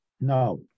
No